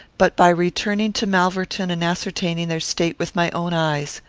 but by returning to malverton and ascertaining their state with my own eyes.